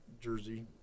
jersey